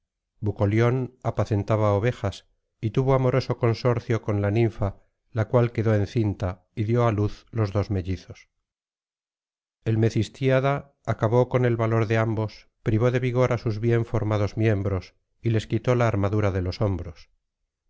bucolión apacentaba ovejas y tuvo amoroso consorcio con la ninfa la cual quedó encinta y dio á luz los dos mellizos el mecistíada acabó con el valor de ambos privó de vigor á sus bien formados miembros y les quitó la armadura de los hombros